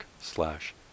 slash